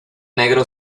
negro